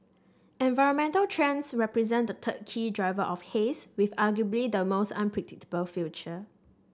environmental trends represent the third key driver of haze with arguably the most unpredictable future